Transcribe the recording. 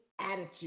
attitude